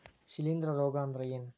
ಶಿಲೇಂಧ್ರ ರೋಗಾ ಅಂದ್ರ ಏನ್?